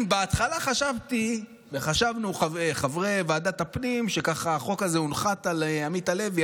אם בהתחלה חשבתי וחשבנו חברי ועדת הפנים שהחוק הזה הונחת על עמית הלוי,